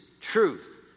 truth